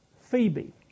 Phoebe